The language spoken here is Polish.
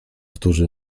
którzy